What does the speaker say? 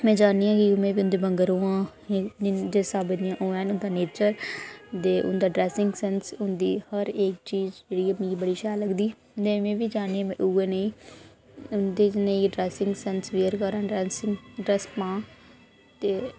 में चाह्न्नी आं कि में बी उं'दे आंहगर होआं जिस स्हाब दियां ओह् हैन उं'दा नेचर ते उं'दा ड्रैसिंग सैंस होंदी हर इक चीज़ जेह्ड़ी मि बड़ी शैल लगदी में बी चाह्न्नी आं उ'यै नेही उं'दी जनेही गै ड्रैसिंग सैंस वियर करां ड्रैसिंग ड्रैस पां ते